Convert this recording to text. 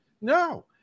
no